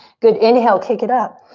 good, inhale, kick it up.